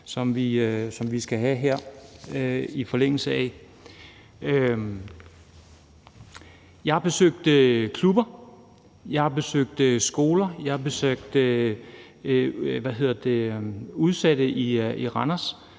som vi skal have her i forlængelse af det. Jeg har besøgt klubber, jeg har besøgt skoler, jeg har besøgt udsatte i Randers,